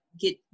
get